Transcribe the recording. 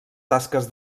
tasques